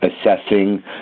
assessing